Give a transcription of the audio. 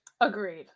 agreed